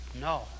No